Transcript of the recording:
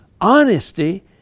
Honesty